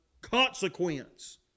consequence